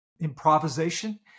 improvisation